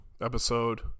episode